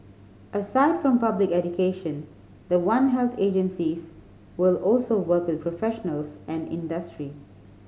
aside from public education the One Health agencies will also work with professionals and industry